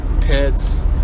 pits